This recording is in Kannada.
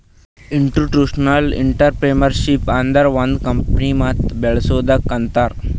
ಇನ್ಸ್ಟಿಟ್ಯೂಷನಲ್ ಇಂಟ್ರಪ್ರಿನರ್ಶಿಪ್ ಅಂದುರ್ ಒಂದ್ ಕಂಪನಿಗ ಮತ್ ಬೇಳಸದ್ದುಕ್ ಅಂತಾರ್